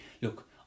look